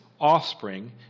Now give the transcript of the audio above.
offspring